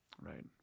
Right